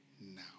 now